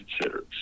consider